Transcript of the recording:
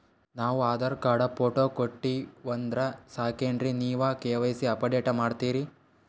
ನಾವು Aadhaar card, photo ಕೊಟ್ಟೀವಂದ್ರ ಸಾಕೇನ್ರಿ ನೀವ ಕೆ.ವೈ.ಸಿ ಅಪಡೇಟ ಮಾಡ್ತೀರಿ?